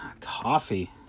Coffee